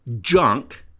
junk